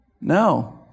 No